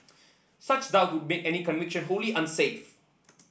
such doubts would make any conviction wholly unsafe